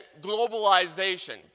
globalization